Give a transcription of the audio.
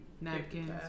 Napkins